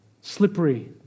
slippery